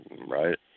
right